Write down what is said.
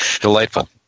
Delightful